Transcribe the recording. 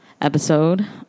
episode